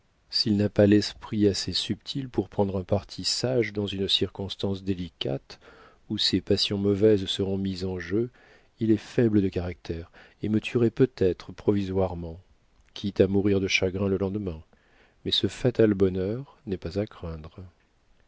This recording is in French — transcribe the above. s'il n'a pas l'esprit assez subtil pour prendre un parti sage dans une circonstance délicate où ses passions mauvaises seront mises en jeu il est faible de caractère et me tuerait peut-être provisoirement quitte à mourir de chagrin le lendemain mais ce fatal bonheur n'est pas à craindre